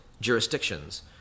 jurisdictions